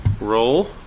roll